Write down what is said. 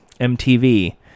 mtv